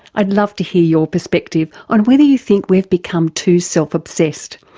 i'd love to hear your perspective on whether you think we've become too self-obsessed.